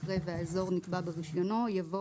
אחרי "והאזור נקבע ברישיונו" יבוא